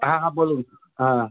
হ্যাঁ হ্যাঁ বলুন হ্যাঁ হ্যাঁ